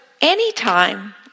anytime